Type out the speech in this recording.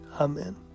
Amen